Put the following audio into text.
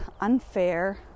unfair